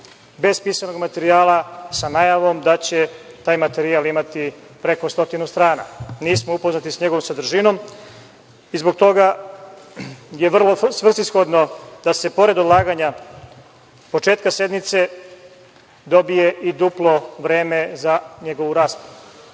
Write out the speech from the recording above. bez pisanog materijala, sa najavom da će taj materijal imati preko stotinu strana. Nismo upoznati sa njegovom sadržinom i zbog toga je vrlo svrsishodno da se pored ulaganja početka sednice dobije i duplo vreme za njegovu